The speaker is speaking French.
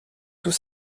tout